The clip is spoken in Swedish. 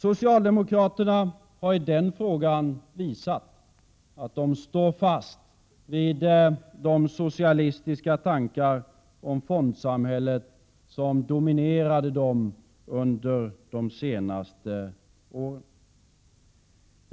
Socialdemokraterna har i den frågan visat att de står fast vid de socialistiska tankar om fondsamhället som har dominerat under de senaste åren.